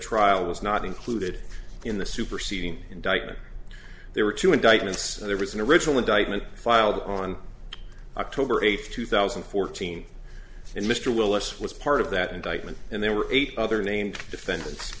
trial was not included in the superseding indictment there were two indictments there was an original indictment filed on october eighth two thousand and fourteen and mr willis was part of that indictment and there were eight other named defendants